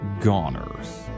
goners